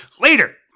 Later